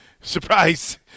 Surprise